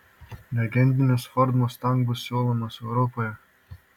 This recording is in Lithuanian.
legendinis ford mustang bus siūlomas europoje